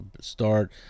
start